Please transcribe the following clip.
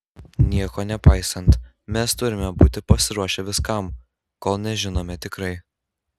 nieko nepaisant mes turime būti pasiruošę viskam kol nežinome tikrai